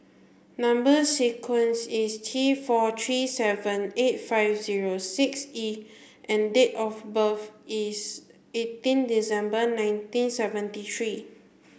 number sequence is T four three seven eight five zero six E and date of birth is eighteen December nineteen seventy three